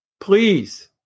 please